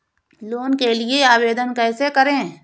Loan के लिए आवेदन कैसे करें?